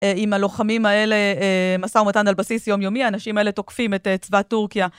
עם הלוחמים האלה, משא ומתן על בסיס יומיומי, האנשים האלה תוקפים את צבא טורקיה.